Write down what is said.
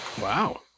Wow